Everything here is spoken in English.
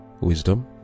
wisdom